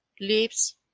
leaves